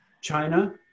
China